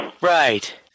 Right